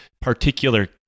particular